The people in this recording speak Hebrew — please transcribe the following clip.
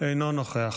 אינו נוכח.